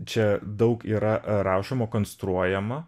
čia daug yra rašoma konstruojama